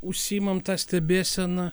užsiimam ta stebėsena